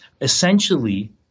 essentially